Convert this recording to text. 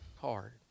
hard